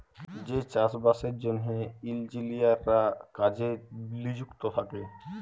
যে চাষ বাসের জ্যনহে ইলজিলিয়াররা কাজে লিযুক্ত থ্যাকে